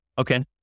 Okay